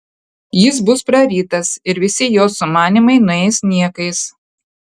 jis bus prarytas ir visi jos sumanymai nueis niekais